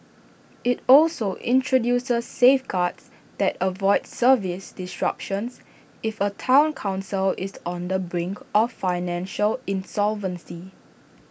IT also introduces safeguards that avoid service disruptions if A Town Council is on the brink of financial insolvency